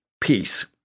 peace